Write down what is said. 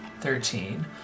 Thirteen